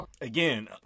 Again